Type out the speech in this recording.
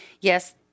Yes